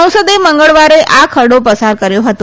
સંસદે મંગળવારે આ ખરડી પસાર કર્યો હતો